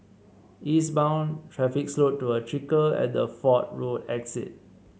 eastbound traffic slowed to a trickle at the Fort Road exit